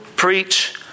preach